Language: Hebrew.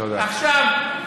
תודה רבה.